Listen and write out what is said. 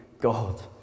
God